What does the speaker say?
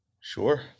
Sure